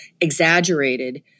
exaggerated